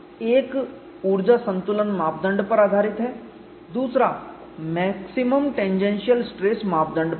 एक ऊर्जा संतुलन मापदंड पर आधारित है दूसरा मैक्सिमम टेंजेंशियल स्ट्रेस मापदंड पर है